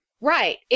Right